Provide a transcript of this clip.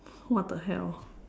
what the hell